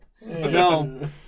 No